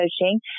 coaching